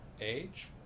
age